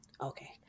Okay